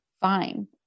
fine